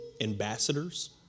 ambassadors